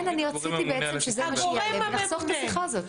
לכן אני רציתי שזה מה שיעלה ונחסוך את השיחה הזאת.